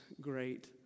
great